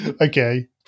Okay